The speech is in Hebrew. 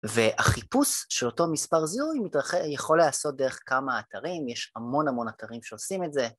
והחיפוש של אותו מספר זיהוי יכול לעשות דרך כמה אתרים, יש המון המון אתרים שעושים את זה.